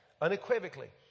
unequivocally